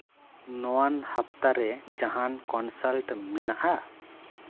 ᱱᱚᱣᱟᱱ ᱦᱟᱯᱛᱟ ᱨᱮ ᱡᱟᱦᱟᱱ ᱠᱚᱱᱥᱟᱞᱴ ᱢᱮᱱᱟᱜᱼᱟ